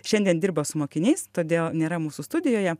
šiandien dirba su mokiniais todėl nėra mūsų studijoje